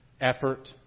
effort